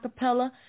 Acapella